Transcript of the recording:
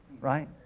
right